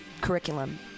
curriculum